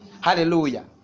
Hallelujah